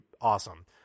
awesome